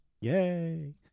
Yay